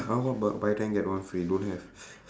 !huh! what buy ten get one free don't have